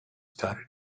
started